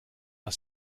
are